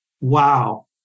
wow